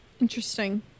Interesting